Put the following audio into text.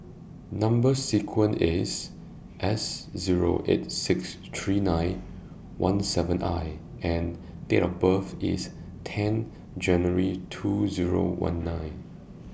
Number sequence IS S Zero eight six three nine one seven I and Date of birth IS ten January two Zero one nine